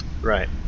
Right